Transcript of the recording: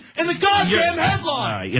in the goddamn headline. yeah